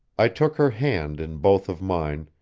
i took her hand in both of mine,